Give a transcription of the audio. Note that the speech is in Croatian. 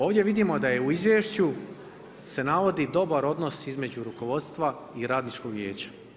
Ovdje vidimo da u izvješću se navodi dobar odnos između rukovodstva i radničkog vijeća.